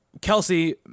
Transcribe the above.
kelsey